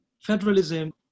federalism